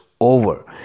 over